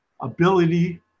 ability